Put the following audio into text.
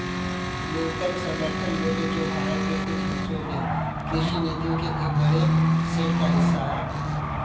न्यूनतम समर्थन मूल्य जो भारत के कुछ हिस्सों में कृषि नीतियों के एक बड़े सेट का हिस्सा है